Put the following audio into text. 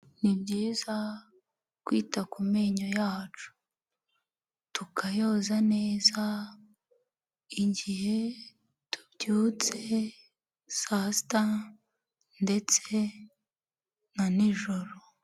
Ni byiza kwita ku menyo yacu tukayoza neza igihe tubyutse saa sita ndetse na nijoro.